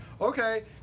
okay